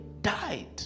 died